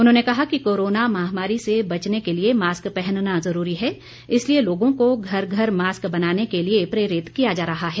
उन्होंने कहा कि कोरोना महामारी से बचने के लिए मास्क पहनना जरूरी है इसलिए लोगों को घर घर मास्क बनाने के लिए प्रेरित किया जा रहा है